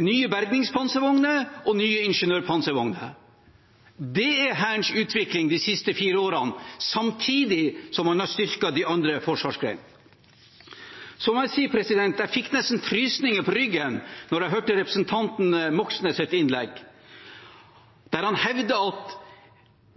nye bergingspanservogner og nye ingeniørpanservogner? Det er Hærens utvikling de siste fire årene, samtidig som man har styrket de andre forsvarsgrenene. Så må jeg si at jeg nesten fikk frysninger på ryggen da jeg hørte representanten Moxnes’ innlegg, der han hevdet at